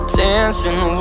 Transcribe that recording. dancing